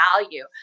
value